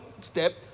step